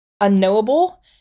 unknowable